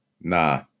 Nah